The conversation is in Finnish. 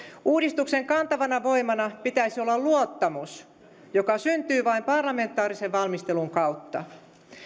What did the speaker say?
uudistuksen kantavana voimana pitäisi olla luottamus joka syntyy vain parlamentaarisen valmistelun kautta